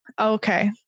Okay